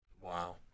Wow